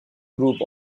group